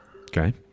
Okay